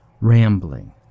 rambling